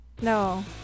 no